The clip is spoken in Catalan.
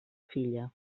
filla